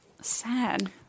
Sad